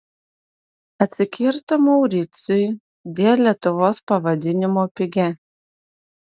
atsikirto mauricui dėl lietuvos pavadinimo pigia